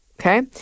Okay